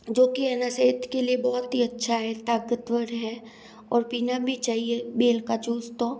जो कि है ना सेहत के लिए बहुत ही अच्छा है ताक़तवर है और पीना भी चाहिए बेल का जूस तो